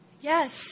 Yes